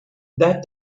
that